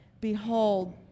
behold